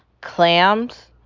Clams